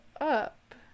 up